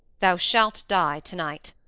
thou shalt die to-night.